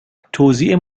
توزیع